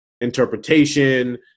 interpretation